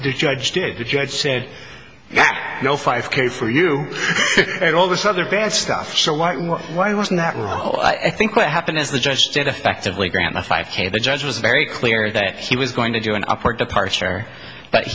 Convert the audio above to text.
the judge did the judge said you know five k for you and all this other bad stuff so what why wasn't that i think what happened is the judge did effectively grant a five k the judge was very clear that he was going to join up or departure but